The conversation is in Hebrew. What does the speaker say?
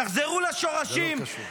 תחזרו לשורשים.